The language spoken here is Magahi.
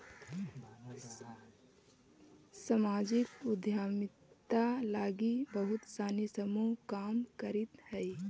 सामाजिक उद्यमिता लगी बहुत सानी समूह काम करित हई